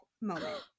moment